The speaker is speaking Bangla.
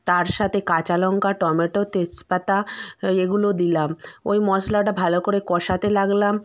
তার সাথে কাঁচালঙ্কা টমেটো তেজপাতা এগুলো দিলাম ওই মশলাটা ভালো করে কষাতে লাগলাম